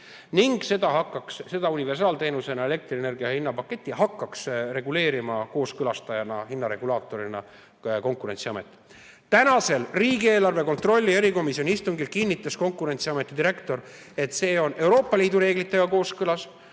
hind. Seda universaalteenusena elektrienergia hinnapaketti hakkaks reguleerima kooskõlastajana ja hinnaregulaatorina Konkurentsiamet. Tänasel riigieelarve kontrolli erikomisjoni istungil kinnitas Konkurentsiameti direktor, et see on Euroopa Liidu reeglitega kooskõlas.